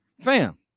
Fam